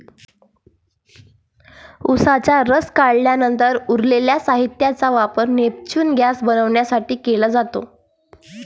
उसाचा रस काढल्यानंतर उरलेल्या साहित्याचा वापर नेचुरल गैस बनवण्यासाठी केला जातो